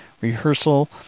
rehearsal